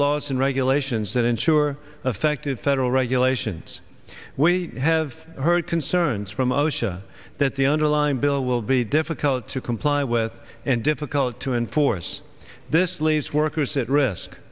laws and regulations that ensure effective federal regulations we have heard concerns from osha that the underlying bill will be difficult to comply with and difficult to enforce this lease workers at risk